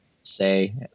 say